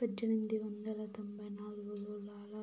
పజ్జేనిమిది వందల తొంభై నాల్గులో లాల